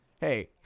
Hey